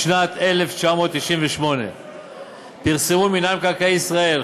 בשנת 1998 פרסמו מינהל מקרקעי ישראל,